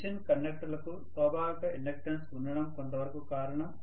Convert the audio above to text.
machine కండక్టర్లకు స్వాభావిక inductance ఉండడం కొంతవరకు కారణం